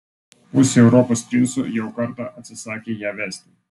pusė europos princų jau kartą atsisakė ją vesti